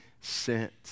sent